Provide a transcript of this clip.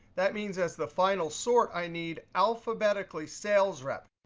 that means as the final sort, i need alphabetically sales rep.